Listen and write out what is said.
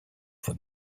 for